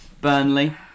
Burnley